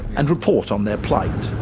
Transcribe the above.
and report on their plight.